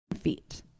feet